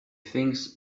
things